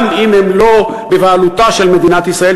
גם אם הן לא בבעלותה של מדינת ישראל,